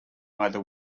either